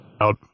out